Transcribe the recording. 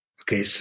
Okay